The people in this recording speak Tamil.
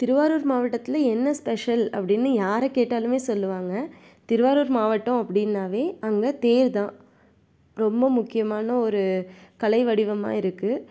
திருவாரூர் மாவட்டத்தில் என்ன ஸ்பெஷல் அப்படினு யாரை கேட்டாலுமே சொல்லுவாங்க திருவாரூர் மாவட்டம் அப்படின்னாவே அங்கே தேர் தான் ரொம்ப முக்கியமான ஒரு கலை வடிவமாக இருக்கு